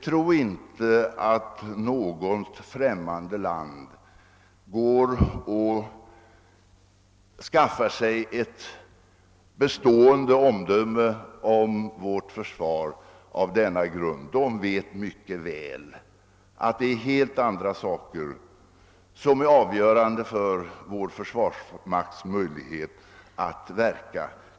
Tro inte att något främmande land på denna grund bildar sig ett bestående omdöme om vårt försvar. De vet mycket väl att det är helt andra faktorer som är avgörande för vår försvarsmakts möjlighet att verka.